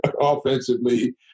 offensively